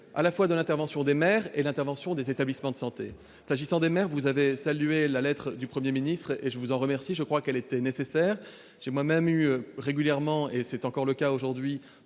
à la fois sur l'intervention des maires et sur les établissements de santé. S'agissant des maires, vous avez salué la lettre du Premier ministre, et je vous en remercie. Je crois qu'elle était nécessaire. J'ai moi-même eu régulièrement au téléphone, et encore aujourd'hui,